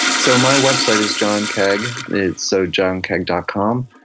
so my website is john kaag. it's so johnkaag dot com.